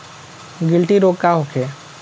गिलटी रोग का होखे?